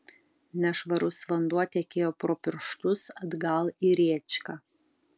nešvarus vanduo tekėjo pro pirštus atgal į rėčką